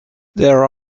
there